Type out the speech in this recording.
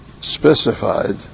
specified